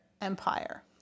empire